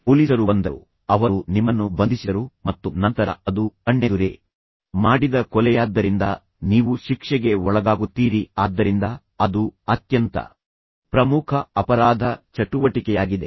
ಪೊಲೀಸರು ಬಂದರು ಅವರು ನಿಮ್ಮನ್ನು ಬಂಧಿಸಿದರು ಮತ್ತು ನಂತರ ಅದು ಕಣ್ಣೆದುರೇ ಮಾಡಿದ ಕೊಲೆಯಾದ್ದರಿಂದ ನೀವು ಶಿಕ್ಷೆಗೆ ಒಳಗಾಗುತ್ತೀರಿ ಆದ್ದರಿಂದ ಅದು ಅತ್ಯಂತ ಪ್ರಮುಖ ಅಪರಾಧ ಚಟುವಟಿಕೆಯಾಗಿದೆ